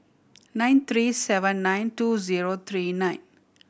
nine three seven nine two zero three nine